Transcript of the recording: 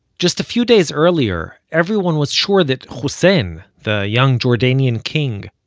just a few days earlier, everyone was sure that hussein, the young jordanian king,